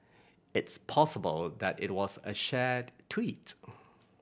it's possible that it was a shared tweet